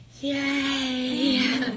Yay